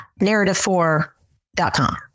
narrative4.com